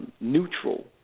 neutral